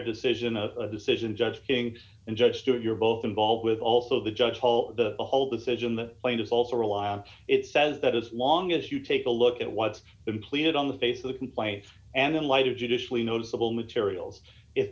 decision a decision judge king and judge stuart you're both involved with also the judge called the whole decision the plaintiff also rely on it says that as long as you take a look at what's been planted on the face of the complaint and in light of judicially noticeable materials if